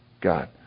God